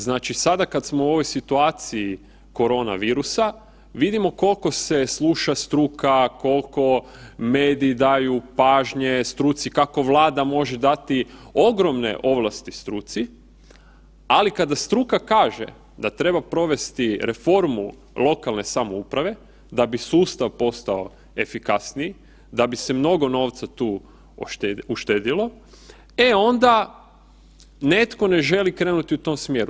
Znači sada kada smo u ovoj situaciji korona virusa vidimo koliko se sluša struka, koliko mediji daju pažnje struci, kako Vlada može dati ogromne ovlasti struci, ali kada struka kaže da treba provesti reformu lokalne samouprave da bi sustav postao efikasniji da bi se mnogo novca tu uštedilo, e onda netko ne želi krenuti u tom smjeru.